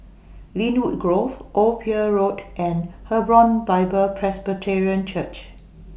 Lynwood Grove Old Pier Road and Hebron Bible Presbyterian Church